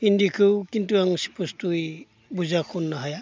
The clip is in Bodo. हिन्दीखौ खिन्थु आं स्फसथ'यै बुरजा खननो हाया